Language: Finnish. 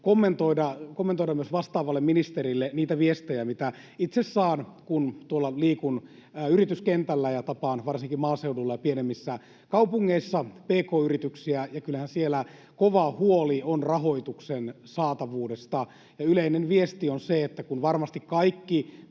kommentoida myös vastaavalle ministerille niitä viestejä, mitä itse saan, kun liikun tuolla yrityskentällä ja tapaan varsinkin maaseudulla ja pienemmissä kaupungeissa pk-yrityksiä. Kyllähän siellä kova huoli on rahoituksen saatavuudesta. Yleinen viesti on se, että kun varmasti me kaikki